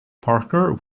parker